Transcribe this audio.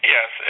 Yes